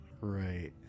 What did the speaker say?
right